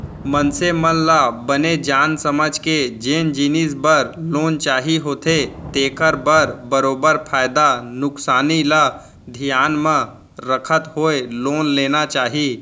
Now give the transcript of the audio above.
मनसे मन ल बने जान समझ के जेन जिनिस बर लोन चाही होथे तेखर बर बरोबर फायदा नुकसानी ल धियान म रखत होय लोन लेना चाही